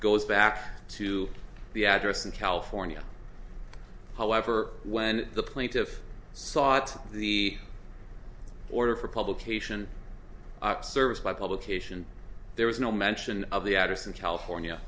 goes back to the address in california however when the plaintiff sought the order for publication service by publication there was no mention of the atterson california